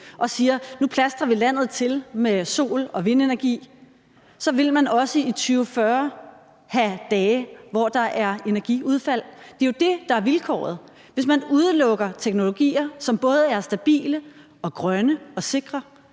og siger, at nu plastrer vi landet til med sol- og vindenergi, så vil man også i 2040 have dage, hvor der er energiudfald – det er jo det, der er vilkåret. Hvis man udelukker teknologier, som både er stabile og grønne og sikre,